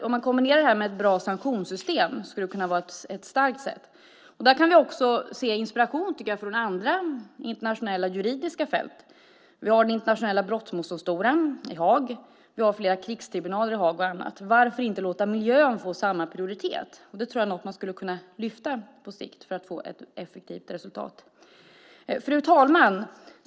I kombination med ett bra sanktionssystem skulle det bli en stark aktör. Man kan hämta inspiration från andra internationella juridiska fält. Vi har till exempel Internationella brottmålsdomstolen och flera krigstribunaler i Haag. Varför inte låta miljön få samma prioritet? Det är något man på sikt skulle kunna lyfta fram för att få ett effektivt resultat. Fru talman!